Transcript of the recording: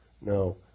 No